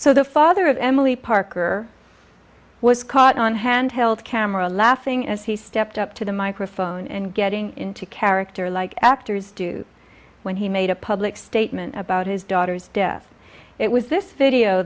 so the father of emilie parker was caught on hand held camera laughing as he stepped up to the microphone and getting into character like actors do when he made a public statement about his daughter's death it was this video